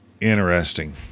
Interesting